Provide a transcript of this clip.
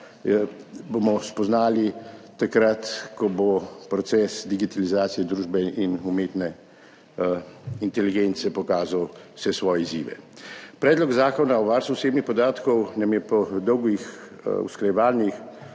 bomo spoznali takrat, ko bo proces digitalizacije družbe in umetne inteligence pokazal vse svoje izzive. Predlog zakona o varstvu osebnih podatkov nam je po dolgih usklajevanjih